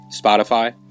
spotify